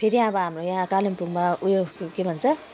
फेरि अब हाम्रो यहाँ कालिम्पोङमा उयो के भन्छ